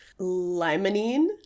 limonene